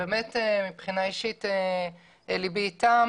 שמבחינה אישית לבי אתם